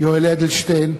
יואל אדלשטיין,